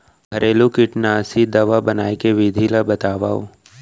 घरेलू कीटनाशी दवा बनाए के विधि ला बतावव?